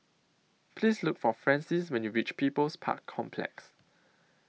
Please Look For Francis when YOU REACH People's Park Complex